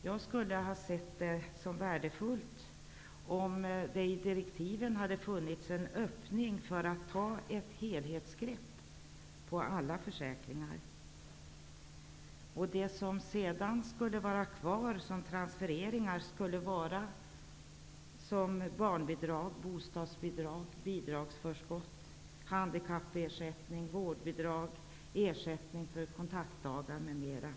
Jag tycker att det hade varit värdefullt om det i direktiven hade funnits en öppning för att man skulle kunna ta ett helhetsgrepp på alla försäkringar. Det som sedan skulle vara kvar som transfereringar skulle vara barnbidrag, bostadsbidrag, bidragsförskott, handikappersättning, vårdbidrag, ersättning för kontaktdagar m.m.